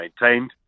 maintained